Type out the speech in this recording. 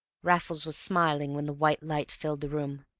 raffles was smiling when the white light filled the room,